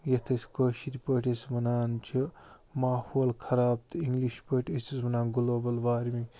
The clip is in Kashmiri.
یَتھ أسۍ کٲشِرۍ پٲٹھۍ أسۍ وَنان چھِ ماحول خراب تہٕ اِنٛگلِش پٲٹھۍ ٲسِس وَنان گُلوٗبل وارمِنٛگ